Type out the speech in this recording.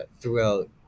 throughout